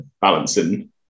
balancing